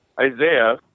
Isaiah